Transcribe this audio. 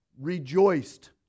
rejoiced